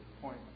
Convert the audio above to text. point